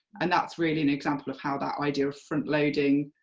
and that's really an example of how that idea of frontloading,